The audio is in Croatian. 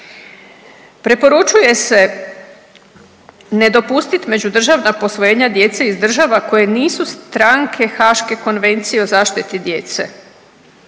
Preporučuje se ne dopustit među državna posvojenja djece iz država koje nisu stranke Haaške konvencije o zaštiti djece.